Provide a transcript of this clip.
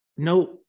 No